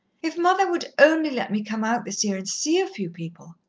if mother would only let me come out this year and see a few people!